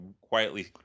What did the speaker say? quietly